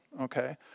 Okay